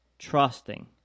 trusting